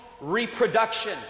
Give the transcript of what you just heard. reproduction